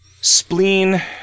Spleen